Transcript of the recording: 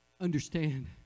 Understand